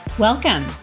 Welcome